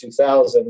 2000